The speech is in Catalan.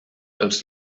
els